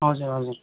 हजुर हजुर